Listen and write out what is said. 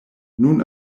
nun